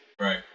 Right